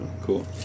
cool